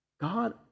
God